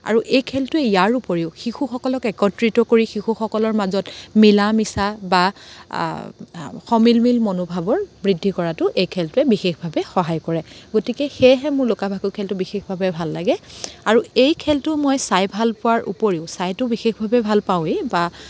আৰু এই খেলটোৱে ইয়াৰ উপৰিও শিশুসকলক একত্ৰিত কৰি শিশুসকলৰ মাজত মিলা মিচা বা সমিল মিল মনোভাৱৰ বৃদ্ধি কৰাতো এই খেলটোৱে বিশেষভাৱে সহায় কৰে গতিকে সেয়েহে মোৰ লুকা ভাকু খেলটো বিশেষভাৱে ভাল লাগে আৰু এই খেলটো মই চাই ভাল পোৱাৰ উপৰিও চাইতো বিশেষভাৱে ভাল পাওঁৱেই বা